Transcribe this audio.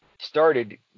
started